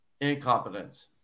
incompetence